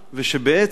ושבעצם